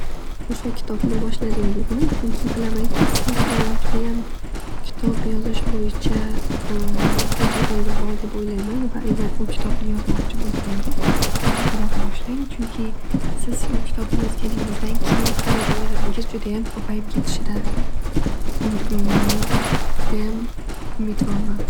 O'sha kitobni boshladingizmi. Chunki bilaman siz judayam kitob yozish bo'yicha tajribangiz bor deb o'ylayman. Va agar bu kitobni yozmoqchi bo'lsangiz hoziroq boshlang. Chunki siz bu kitobni yozganingizdan keyin haridorlaringiz ko'payib ketishida hmm judayam umidvorman.